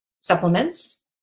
supplements